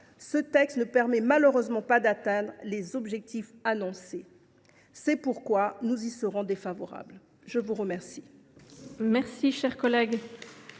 ce texte ne permet malheureusement pas d’atteindre les objectifs annoncés. C’est pourquoi nous y serons défavorables. La discussion